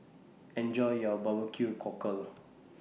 Enjoy your Barbecue Cockle